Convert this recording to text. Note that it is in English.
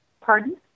Pardon